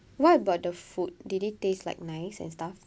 what about the food did it taste like nice and stuff